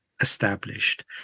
established